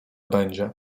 będzie